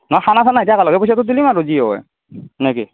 নহয় খানা চানাই সৈতে একেলগে পইচাটো তুলিম আৰু যি হয় নে কি